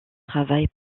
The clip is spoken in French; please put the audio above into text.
travaille